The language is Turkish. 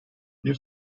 bir